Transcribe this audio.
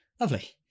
lovely